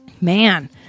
man